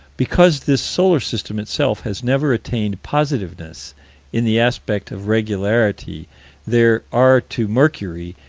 because this solar system itself has never attained positiveness in the aspect of regularity there are to mercury,